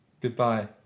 Goodbye